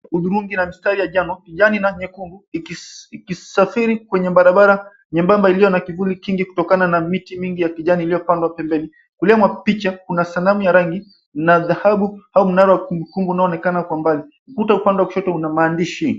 ...hudhurungi na mstari ya jano, kijani na nyekundu ikisafiri kwenye barabara nyembamba iliyo na kivuli kingi kutokana na miti mingi ya kijani iliyopandwa pembeni. Upeo wa picha kuna sanamu ya rangi na dhahabu au mnara wa kumbukumbu unaoonekana kwa mbali. Ukuta upande wa kushoto una maandishi.